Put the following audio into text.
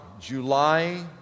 July